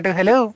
hello